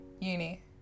Uni